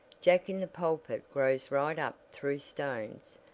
jacks-in-the-pulpit grow right up through stones,